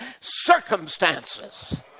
circumstances